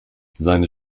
seine